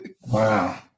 Wow